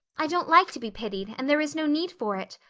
i don't like to be pitied, and there is no need for it.